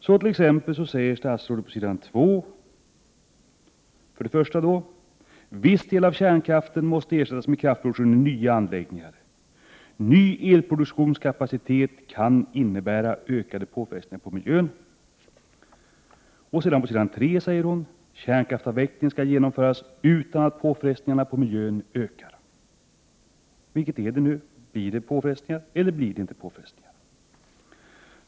För det första säger statsrådet: ”En viss del av kärnkraften måste ersättas med kraftproduktion i nya anläggningar. Ny elproduktionskapacitet kan innebära ökade påfrestningar på miljön.” Senare i svaret säger statsrådet: ”Kärnkraftsavvecklingen skall genomföras utan att påfrestningarna på miljön ökar.” Vilket är det nu? Blir det påfrestningar på miljön eller inte?